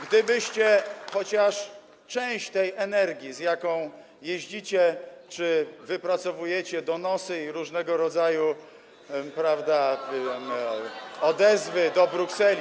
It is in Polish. Gdybyście chociaż część tej energii, z jaką jeździcie czy wypracowujecie donosy i różnego rodzaju, prawda, odezwy do Brukseli.